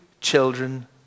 children